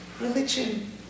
religion